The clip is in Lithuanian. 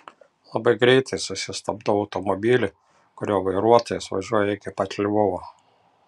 labai greitai susistabdau automobilį kurio vairuotojas važiuoja iki pat lvovo